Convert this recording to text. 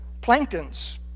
planktons